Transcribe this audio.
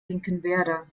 finkenwerder